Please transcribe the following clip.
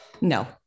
no